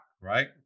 right